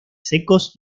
secos